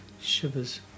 shivers